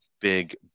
big